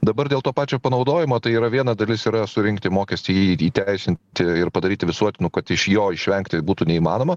dabar dėl to pačio panaudojimo tai yra viena dalis yra surinkti mokestį jį įteisinti ir padaryti visuotinu kad iš jo išvengti būtų neįmanoma